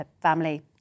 family